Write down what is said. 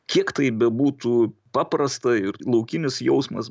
kiek tai bebūtų paprasta ir laukinis jausmas